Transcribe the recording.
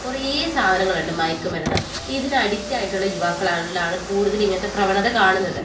കുറേ സാധനങ്ങളുണ്ട് മയക്കുമരുന്ന് അപ്പം ഇതിന് അഡിക്റ്റ് ആയിട്ടുള്ള യുവാക്കളിലാണ് കൂടുതൽ ഇങ്ങനത്തെ പ്രവണത കാണുന്നത്